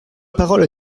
parole